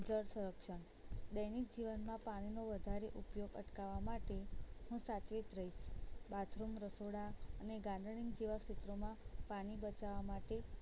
જળ સંરક્ષણ દૈનિક જીવનમાં પાણીનો વધારે ઉપયોગ અટકાવવા માટે હું સાવચેત રહીશ બાથરૂમ રસોડા અને ગાર્ડનિંગ જેવા ક્ષેત્રોમાં પાણી બચાવવા માટે